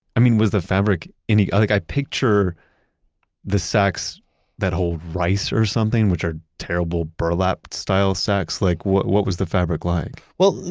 i mean, was the fabric, like i picture the sacks that hold rice or something, which are terrible, burlap-style sacks. like what what was the fabric like? well,